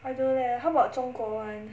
I don't know leh how about 中国 [one]